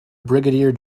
brigadier